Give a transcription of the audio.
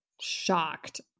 shocked